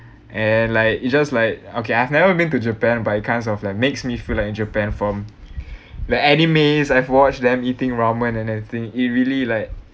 and like you just like okay I've never been to japan but it kinds of like makes me feel like in japan from the animes I've watched them eating ramen and everything it really like